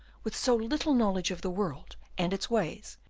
with so little knowledge of the world and its ways,